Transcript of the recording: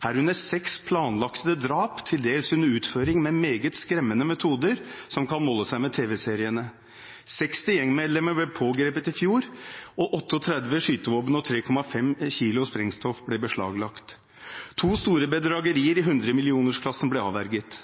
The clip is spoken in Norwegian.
herunder seks planlagte drap til dels under utføring med meget skremmende metoder som kan måle seg med tv-seriene. 60 gjengmedlemmer ble pågrepet i fjor, og 38 skytevåpen og 3,5 kg sprengstoff ble beslaglagt. To store bedragerier i hundremillionersklassen ble avverget.